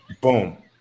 Boom